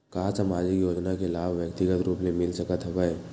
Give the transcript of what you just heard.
का सामाजिक योजना के लाभ व्यक्तिगत रूप ले मिल सकत हवय?